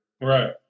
right